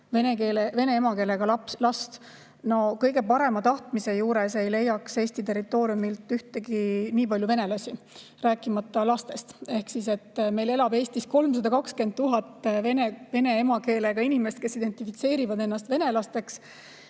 vene emakeelega last. Kõige parema tahtmise juures ei leiaks Eesti territooriumilt nii palju venelasi, rääkimata lastest. Meil elab Eestis 320 000 vene emakeelega inimest, kes identifitseerivad ennast venelasteks,